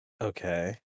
Okay